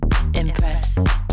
impress